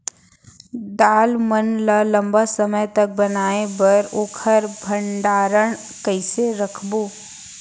दाल मन ल लम्बा समय तक बनाये बर ओखर भण्डारण कइसे रखबो?